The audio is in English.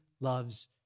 loves